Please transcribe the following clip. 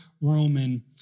Roman